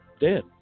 dead